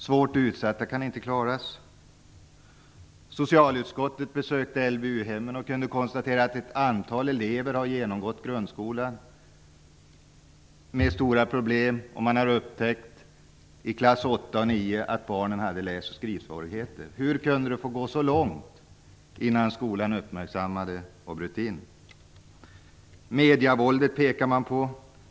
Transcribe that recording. Svårt utsatta kan inte klaras. Socialutskottet besökte LVU-hem och kunde konstatera att ett antal elever har genomgått grundskola med stora problem, och i åttonde och nionde klass har det upptäckts att barnen har läs och skrivsvårigheter. Hur kunde det få gå så långt innan skolan uppmärksammade detta och ingrep? Medievåldet pekar man på.